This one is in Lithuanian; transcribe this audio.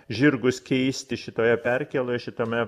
žirgus keisti šitoje perkėloj šitame